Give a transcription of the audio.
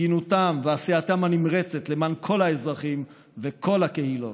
הגינותם ועשייתם הנמרצת למען כל האזרחים וכל הקהילות,